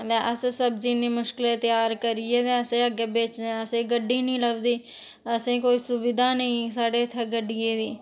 ते सब्जी इन्नी मुश्कलें त्यार करियै अस ते अग्गै बेचने गी असें ई गड्डी गै नेईं लभदी असें ई कोई सुविधा गै नेईं साढ़े इत्थै गड्डियै दी